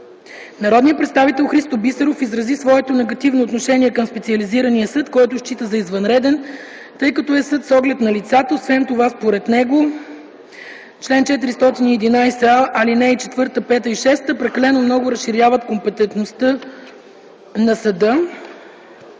Народният представител Христо Бисеров изрази своето негативно отношение към специализирания съд, който счита за извънреден, тъй като е съд с оглед на лицата. Освен това според него чл. 411а, ал. 4-6 прекалено много разширяват компетентността на съда.